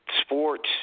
sports